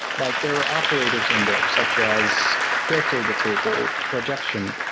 like there are operators in there such as filter to table, projection,